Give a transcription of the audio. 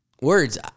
Words